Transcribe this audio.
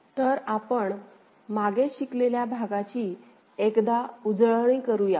तर आपण मागे शिकलेल्या भागाची एकदा उजळणी करूया